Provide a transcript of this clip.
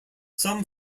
some